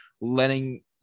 letting